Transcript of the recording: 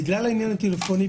בגלל העניין הטלפוני,